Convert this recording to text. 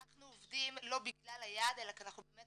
אנחנו עובדים לא בגלל היעד אלא כי אנחנו באמת